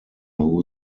who